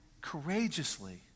courageously